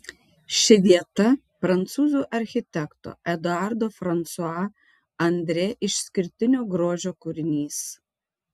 ši vieta prancūzų architekto eduardo fransua andrė išskirtinio grožio kūrinys